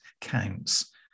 counts